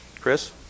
Chris